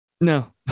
No